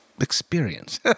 experience